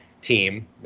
team